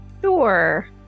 Sure